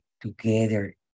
together